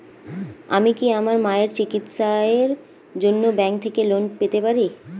আমি কি আমার মায়ের চিকিত্সায়ের জন্য ব্যঙ্ক থেকে লোন পেতে পারি?